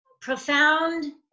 profound